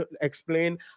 explain